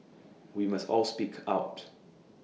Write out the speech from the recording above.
we must all speak out